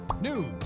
news